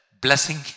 blessing